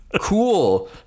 Cool